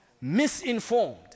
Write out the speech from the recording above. Misinformed